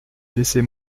laissez